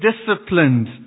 disciplined